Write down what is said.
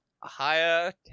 higher